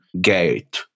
gate